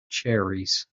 cherries